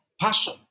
passion